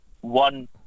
one